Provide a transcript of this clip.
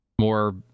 more